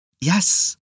Yes